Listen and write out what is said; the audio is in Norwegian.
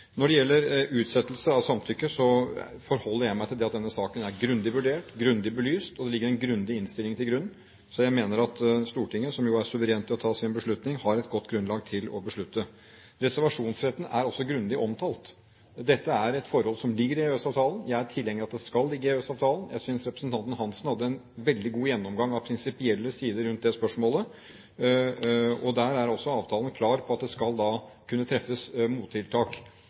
Når det gjelder utsettelse av samtykke, forholder jeg meg til at denne saken er grundig vurdert, grundig belyst, og at det ligger en grundig innstilling til grunn. Så jeg mener at Stortinget, som jo er suverent når det gjelder å ta sin beslutning, har et godt grunnlag for å beslutte. Reservasjonsretten er også grundig omtalt. Dette er et forhold som ligger i EØS-avtalen. Jeg er tilhenger av at det skal ligge i EØS-avtalen. Jeg synes representanten Hansen hadde en veldig god gjennomgang av prinsipielle sider rundt det spørsmålet. Der er også avtalen klar på at det skal kunne treffes mottiltak.